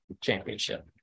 championship